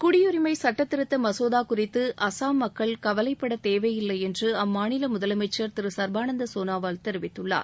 குடியுரிமை சட்டத் திருத்த மசோதா குறித்து அசாம் மக்கள் கவலைப்பட தேவையில்லை என்று அம்மாநில முதலமைச்சர் திரு சர்பானந்த சோனோவால் தெரிவித்துள்ளார்